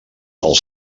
els